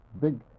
big